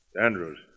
Andrews